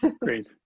Great